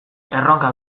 erronka